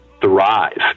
thrive